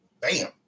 Bam